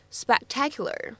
spectacular